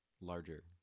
larger